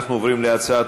אנחנו עוברים להצעת